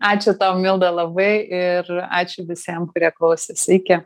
ačiū tau milda labai ir ačiū visiem kurie klausėsi iki